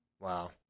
Wow